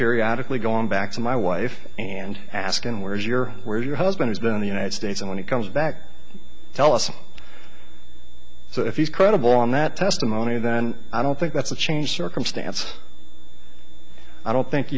periodic lee going back to my wife and asking where is your where your husband has been in the united states and when he comes back tell us so if he's credible on that testimony then i don't think that's a change circumstance i don't think